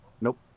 nope